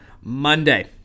Monday